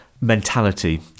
mentality